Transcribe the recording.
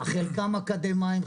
חלקם אקדמאים,